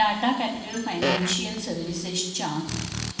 Tata Capital Financial सर्व्हिसेसच्या